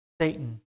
Satan